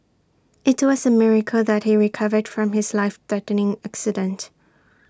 IT was A miracle that he recovered from his life threatening accident